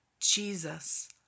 Jesus